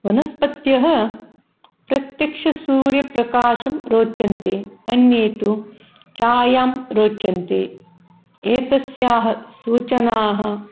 वनस्पत्यः प्रत्यक्षसूर्यप्रकाशं रोचन्ते अन्ये तु छायां रोचन्ते एतस्याः सूचनाः